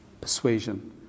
persuasion